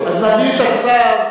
אז נביא את השר,